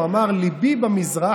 הוא אמר: ליבי במזרח,